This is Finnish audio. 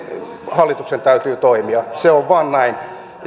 hallituksen täytyy toimia se vain on näin ja